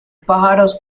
pájaros